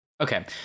okay